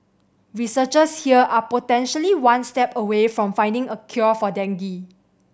researchers here are potentially one step away from finding a cure for dengue